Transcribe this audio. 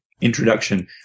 introduction